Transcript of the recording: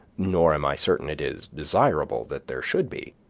nor am i certain it is desirable that there should be.